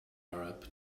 arab